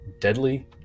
deadly